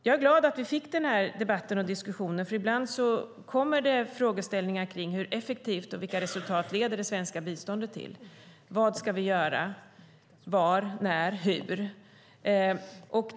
Jag är glad över att vi fick denna debatt eftersom det ibland kommer frågeställningar om hur effektivt det svenska biståndet är, vilka resultat det leder till och vad vi ska göra - var, när och hur.